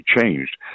changed